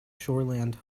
shoreland